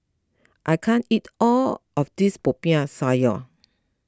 I can't eat all of this Popiah Sayur